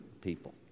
people